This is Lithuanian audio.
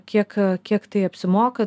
kiek kiek tai apsimoka